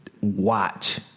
watch